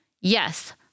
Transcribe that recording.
Yes